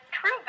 true